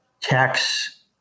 tax